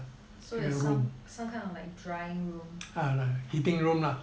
so is some some kind of drying room